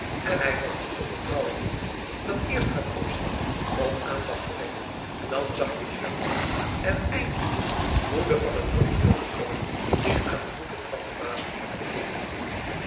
en hij let niet op t trouwe dier dat eerst gaat opzitten om aandacht te wekken dan zachtjes jankt en eindelijk moede van t vruchteloos pogen zich aan de voeten van den baas